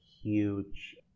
huge